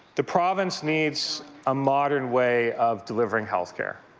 the province needs a modern way of delivering health care.